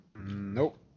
Nope